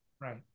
Right